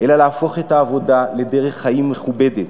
אלא להפוך את העבודה לדרך חיים מכובדת,